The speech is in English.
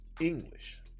English